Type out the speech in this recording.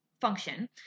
function